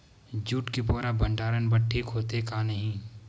Jute के बोरा भंडारण बर ठीक होथे के नहीं?